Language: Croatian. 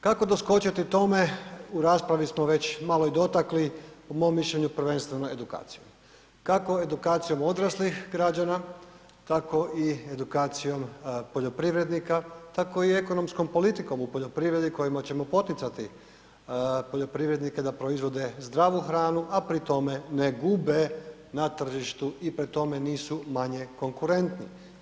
Kako doskočiti tome u raspravi smo već malo i dotakli, po mom mišljenju prvenstveno edukacijom, kako edukacijom odraslih građana, tako i edukacijom poljoprivrednika tako i ekonomskom politikom u poljoprivredi kojima ćemo poticati poljoprivrednike da proizvode zdravu hranu, a pri tome ne gube na tržištu i po tome nisu manje konkurentni.